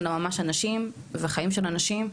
אלא ממש אנשים וחיים של אנשים,